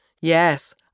Yes